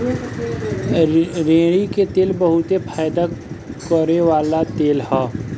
रेड़ी के तेल बहुते फयदा करेवाला तेल ह